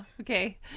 okay